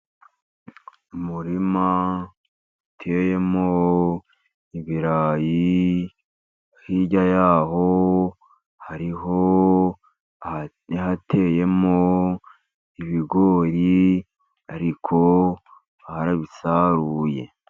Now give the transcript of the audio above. Umurima uteyemo ibirayi, hirya y'aho hariho ahari hateyemo ibigori, ariko bararabisaruye.